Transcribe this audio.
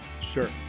Sure